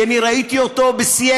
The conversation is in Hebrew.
כי אני ראיתי אותו בסייסטה.